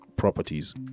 properties